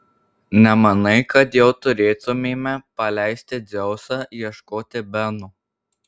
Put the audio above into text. nemanai kad jau turėtumėme paleisti dzeusą ieškoti beno